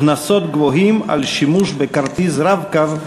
קנסות גבוהים על שימוש לא-אישי בכרטיס "רב-קו".